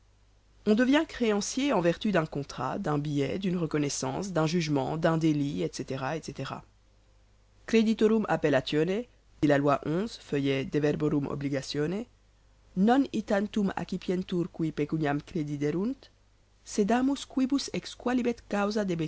on devient créancier en vertu d'un contrat d'un billet d'une reconnaissance d'un jugement d'un délit etc etc creditorum appellatione dit la loi feuillet deum non